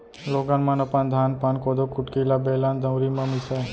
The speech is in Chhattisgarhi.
लोगन मन अपन धान पान, कोदो कुटकी ल बेलन, दउंरी म मीसय